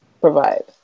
provide